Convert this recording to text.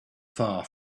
far